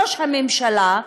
ראש הממשלה,